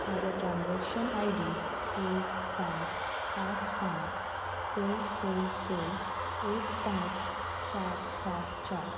म्हजो transaction I D एक सात पांच पांच स स स एक पांच चार सात चार